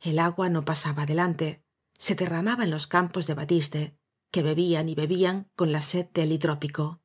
el agua no pasaba adelante se derramaba en los campos de batiste que bebían y bebían con la sed del hidrópico